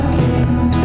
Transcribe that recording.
kings